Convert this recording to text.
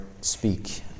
speak